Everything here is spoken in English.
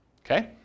Okay